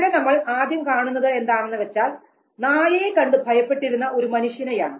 ഇവിടെ നമ്മൾ ആദ്യം കാണുന്നത് എന്താണെന്ന് വെച്ചാൽ നായയെ കണ്ടു ഭയപ്പെട്ടിരുന്ന ഒരു മനുഷ്യനെയാണ്